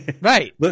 right